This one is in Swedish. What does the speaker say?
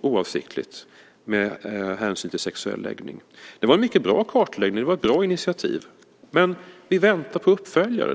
oavsiktligt med hänsyn till sexuell läggning. Det var en mycket bra kartläggning, och det var ett bra initiativ. Men vi väntar på uppföljare.